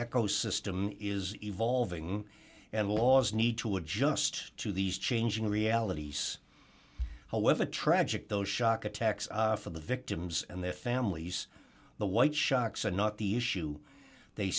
eco system is evolving and laws need to adjust to these changing realities however tragic those shock attacks for the victims and their families the white sharks are not the issue they